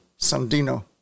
Sandino